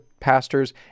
pastors